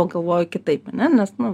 o galvoju kitai nes nu